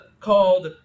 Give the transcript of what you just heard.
called